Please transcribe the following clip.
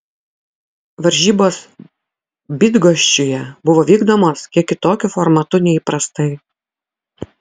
varžybos bydgoščiuje buvo vykdomos kiek kitokiu formatu nei įprastai